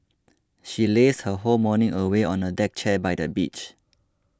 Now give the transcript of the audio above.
she lazed her whole morning away on a deck chair by the beach